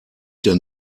denn